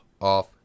off